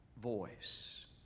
VOICE